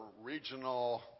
regional